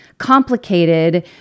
Complicated